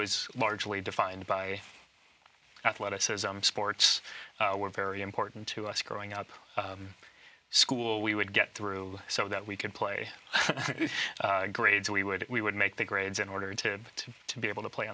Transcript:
was largely defined by athletic sports were very important to us growing up in school we would get through so that we could play the grades we would we would make the grades in order to get to be able to play